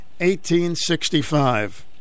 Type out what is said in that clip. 1865